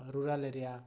rural area